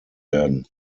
werden